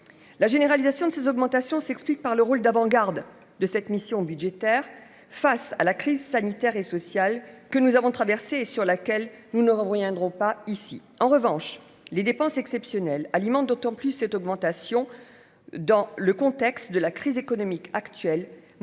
la généralisation de ces augmentations s'explique par le rôle d'avant-garde de cette mission budgétaire face à la crise sanitaire et sociale que nous avons traversé, sur laquelle nous ne reviendrons pas ici, en revanche, les dépenses exceptionnelles alimente d'autant plus cette augmentation dans le contexte de la crise économique actuelle, marquée